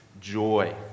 joy